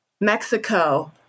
Mexico